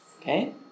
Okay